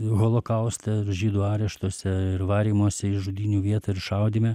holokauste ar žydų areštuose ir varymuose į žudynių vietą ir šaudyme